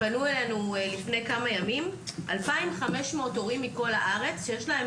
פנו אלינו לפני כמה ימים 2,500 הורים מכל הארץ שיש להם